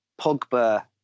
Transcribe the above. Pogba